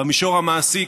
במישור המעשי,